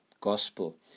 gospel